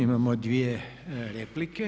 Imamo dvije replike.